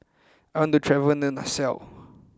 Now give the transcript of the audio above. I want to travel to Nassau